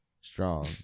strong